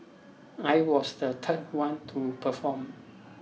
I was the third one to perform